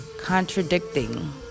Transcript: contradicting